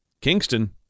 Kingston